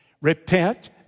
Repent